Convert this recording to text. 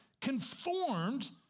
Conformed